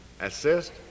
assist